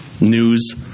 news